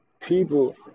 people